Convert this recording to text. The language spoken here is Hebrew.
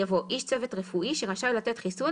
יבוא: "(4) איש צוות רפואי שרשאי לתת חיסון